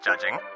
judging